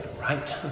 right